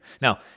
Now